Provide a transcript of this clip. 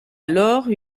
alors